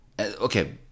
okay